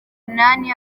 munani